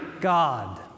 God